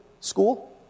school